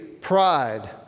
pride